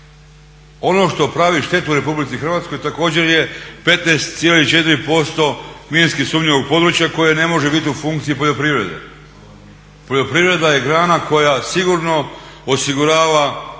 Ono što pravi štetu RH također je 15,4% minski sumnjivog područja koje ne može biti u funkciji poljoprivrede. Poljoprivreda je grana koja sigurno osigurava